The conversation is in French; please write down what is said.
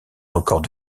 records